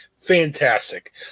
Fantastic